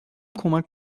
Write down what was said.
کمک